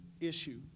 issue